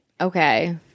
Okay